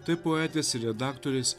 tai poetės ir redaktorės